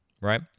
Right